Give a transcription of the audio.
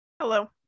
Hello